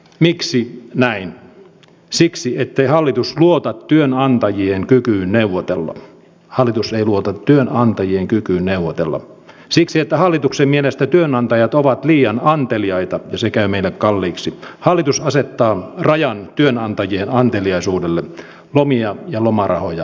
miksi näin siksi ettei hallitus luota työnantajien kykyyn neuvotella hallitus ei luota työnantajien kykyyn neuvotella siksi että hallituksen mielestä työnantajat ovat liian anteliaita sekä mennä kalliiksi hallitus asettaa rajan työnantajien anteliaisuudelle kulmia ja lomarahoja